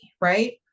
right